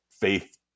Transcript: faith